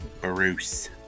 Bruce